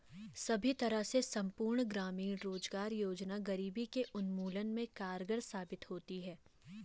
सभी तरह से संपूर्ण ग्रामीण रोजगार योजना गरीबी के उन्मूलन में कारगर साबित होती है